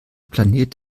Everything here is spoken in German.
planet